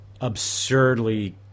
absurdly